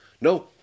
no